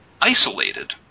isolated